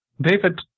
David